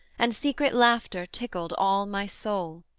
and secret laughter tickled all my soul.